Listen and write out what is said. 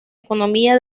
economía